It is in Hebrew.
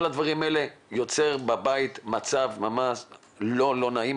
כל הדברים האלה יוצרים בבית מצב ממש לא נעים,